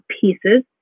pieces